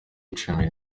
icumi